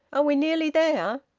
are we nearly there?